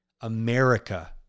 America